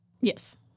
Yes